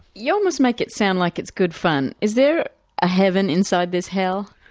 you almost make it sound like it's good fun. is there a heaven inside this hell?